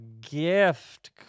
gift